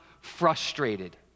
frustrated